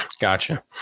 Gotcha